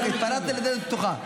התפרצת לדלת פתוחה.